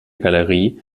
galerie